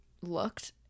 looked